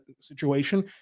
situation